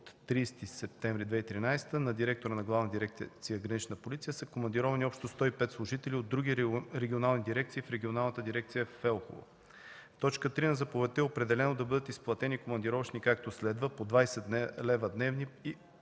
от 30 септември 2013 г. на директора на Главна дирекция „Гранична полиция“ са командировани общо 105 служители от други регионални дирекции в Регионалната дирекция в Елхово. В т. 3 на заповедта е определено да бъдат изплатени командировъчни, както следва: по 20 лв. дневни и